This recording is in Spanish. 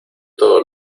todos